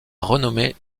renommée